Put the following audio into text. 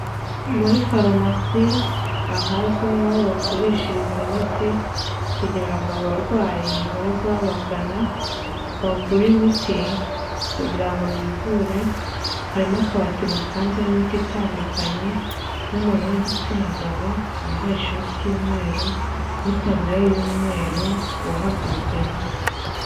Muri pharmacy ahazwi nk'aho bagurishiriza imiti, kugira ngo abarwayi baze babagana, bagure imiti kugira ngo bivure ,harimo akabati gapanzeho imiti itandukanye, n'umuntu w'igitsina gabo wambaye ishati y'umweru, n'itaburiya y'umweru ,uhagazemo.